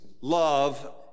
Love